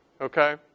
okay